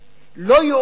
לא יאומן